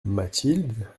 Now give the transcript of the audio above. mathilde